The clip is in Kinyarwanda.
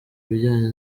bijyanye